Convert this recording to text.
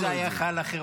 ואם זה היה חייל אחר,